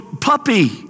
puppy